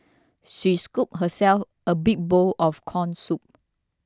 she scooped herself a big bowl of Corn Soup